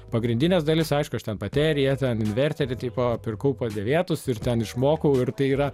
pagrindines dalis aišku aš ten bateriją ten inverterį tipo pirkau padėvėtus ir ten išmokau ir tai yra